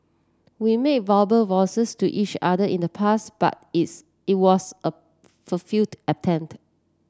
we made verbal to each other in the past but it's it was a attempt